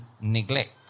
neglect